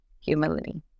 Humility